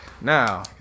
Now